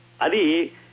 Adi